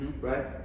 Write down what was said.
right